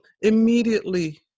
immediately